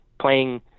playing